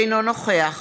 אינו נוכח